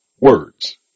Words